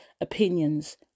opinions